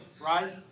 right